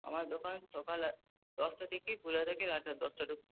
আমার দোকান সকাল দশটা থেকে খোলা থাকে রাত দশটা